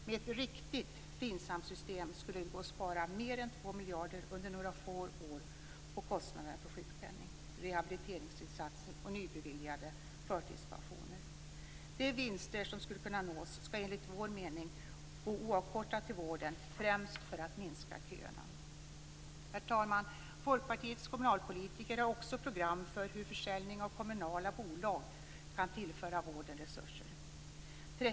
Med ett riktigt FINSAM-system skulle det gå att spara mer än 2 miljarder under några få år på kostnaderna för sjukpenning, rehabiliteringsinsatser och nybeviljade förtidspensioner. De vinster som skulle kunna nås skall enligt vår mening gå oavkortat till vården, främst för att minska köerna. Herr talman! Folkpartiets kommunalpolitiker har också program för hur försäljning av kommunala bolag kan tillföra vården resurser.